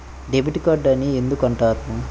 Debit card అని ఎందుకు అంటారు?